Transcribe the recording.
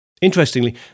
Interestingly